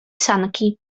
sanki